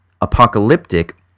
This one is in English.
apocalyptic